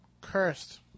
cursed